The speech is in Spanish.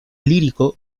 lírico